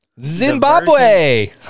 Zimbabwe